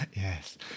Yes